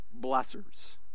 blessers